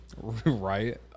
Right